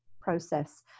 process